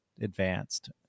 advanced